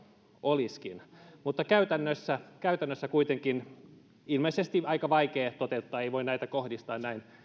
olisikin mutta käytännössä käytännössä kuitenkin tämä on ilmeisesti aika vaikea toteuttaa ei voi näitä kohdistaa näin